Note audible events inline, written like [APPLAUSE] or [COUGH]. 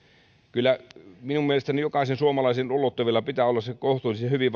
kyllä minun mielestäni jokaisen suomalaisen ulottuvilla pitää olla se kohtuullisen hyvin [UNINTELLIGIBLE]